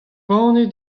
banne